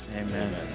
Amen